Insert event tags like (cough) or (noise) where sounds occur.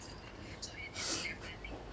(noise)